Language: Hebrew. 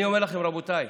אני אומר לכם, רבותיי,